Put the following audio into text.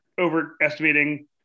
overestimating